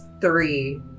three